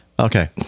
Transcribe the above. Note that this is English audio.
Okay